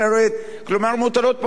כלומר, מוטלות פה סנקציות.